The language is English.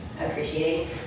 appreciating